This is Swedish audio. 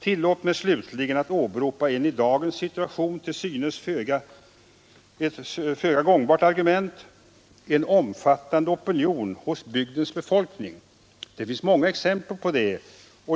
Tillåt mig slutligen åberopa ett i dagens situation till synes föga gångbart argument, en omfattande" opinion hos bygdens befolkning. Det finns många exempel på det.